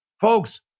folks